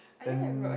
then